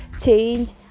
change